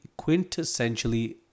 quintessentially